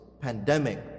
pandemic